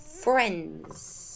friends